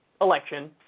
election